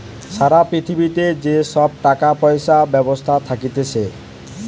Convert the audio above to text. সারা পৃথিবীতে যে সব টাকা পয়সার ব্যবস্থা থাকতিছে